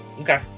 Okay